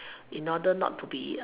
in order not to be